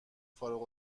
فارغ